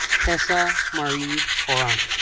tessa marie horan.